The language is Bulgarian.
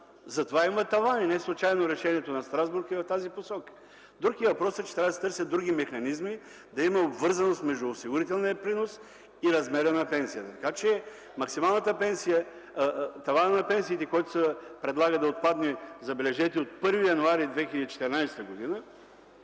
затова има таван и неслучайно решението на Страсбург е в тази посока. Друг е въпросът, че трябва да се търсят други механизми, да има обвързаност между осигурителния принос и размера на пенсията, така че таванът на пенсиите, който се предлага да отпадне, забележете, от 1 януари 2014 г.